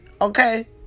Okay